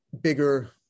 bigger